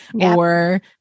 Or-